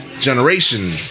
generation